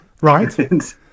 Right